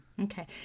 Okay